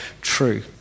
True